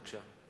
בבקשה.